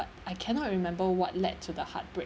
I cannot remember what led to the heartbreak